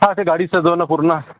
हां ते गाडी सजवणं पूर्ण